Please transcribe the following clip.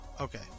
okay